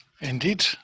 indeed